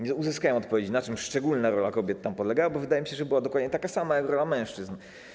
Nie uzyskałem odpowiedzi, na czym ta szczególna rola kobiet tam polegała, bo wydawało mi się, że była dokładnie taka sama jak rola mężczyzn.